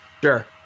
Sure